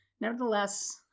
Nevertheless